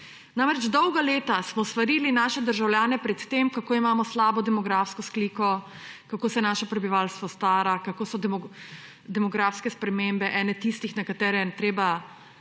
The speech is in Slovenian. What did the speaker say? Namreč, dolga leta smo svarili naše državljane pred tem, kako imamo slabo demografsko sliko, kako se naše prebivalstvo stara, kako so demografske spremembe ene tistih, za katere je treba